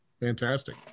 fantastic